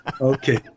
Okay